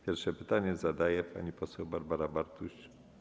Pierwsze pytanie zadaje pani poseł Barbara Bartuś.